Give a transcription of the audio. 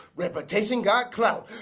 reputation got clout